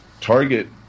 Target